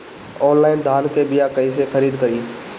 Online धान के बीया कइसे खरीद करी?